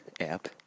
app